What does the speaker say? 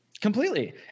Completely